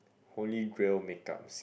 holy grail make ups